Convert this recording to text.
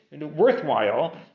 worthwhile